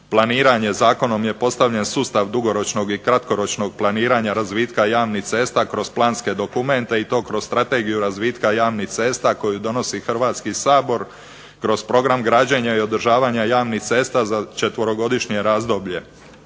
Planiranjem zakonom je postavljen sustav dugoročnog i kratkoročnog planiranja razvitka javnih cesta kroz planske dokumente i to kroz strategiju razvitka javnih cesta koju donosi Hrvatski sabor kroz program građenja i održavanje javnih cesta za 4-godišnje razdoblje.